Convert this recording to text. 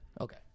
Okay